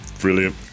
brilliant